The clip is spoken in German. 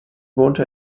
wohnte